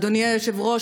אדוני היושב-ראש,